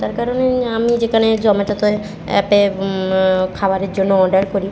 তার কারণে আমি যেখানে জোম্যাটোতে অ্যাপে খাবারের জন্য অর্ডার করি